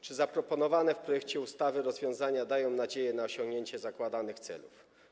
Czy zaproponowane w projekcie ustawy rozwiązania dają nadzieję na osiągnięcie zakładanych celów?